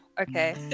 Okay